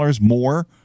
more